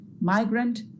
migrant